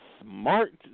smart